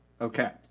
Okay